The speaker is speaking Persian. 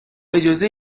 اجازه